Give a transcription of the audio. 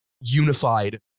unified